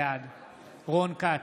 בעד רון כץ,